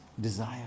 desire